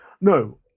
No